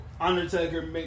Undertaker